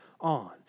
on